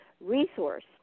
resource